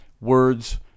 words